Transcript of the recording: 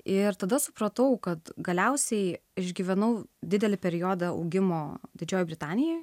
ir tada supratau kad galiausiai išgyvenau didelį periodą augimo didžiojoj britanijoj